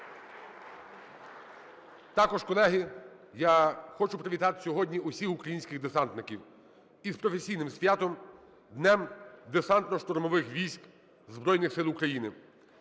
Також, колеги, я хочу привітати сьогодні усіх українських десантників із професійним світом – Днем Десантно-штурмовий військ Збройних Сил України.